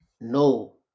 no